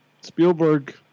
Spielberg